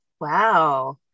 Wow